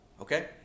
Okay